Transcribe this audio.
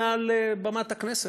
מעל במת הכנסת,